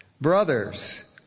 Brothers